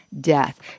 death